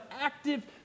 active